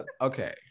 Okay